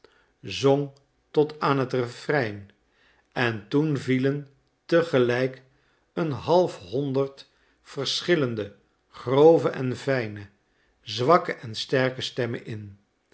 zong tot aan het refrein en toen vielen tegelijk een half honderd verschillende grove en fijne zwakke en sterke stemmen in